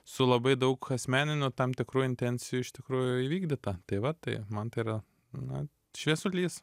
su labai daug asmeninių tam tikrų intencijų iš tikrųjų įvykdyta tai va tai man tai yra na šviesulys